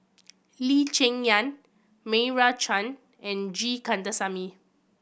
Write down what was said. Lee Cheng Yan Meira Chand and G Kandasamy